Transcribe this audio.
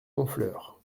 honfleur